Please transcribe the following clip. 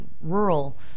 rural